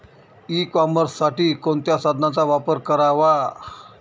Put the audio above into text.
E कॉमर्ससाठी कोणत्या साधनांचा वापर करावा?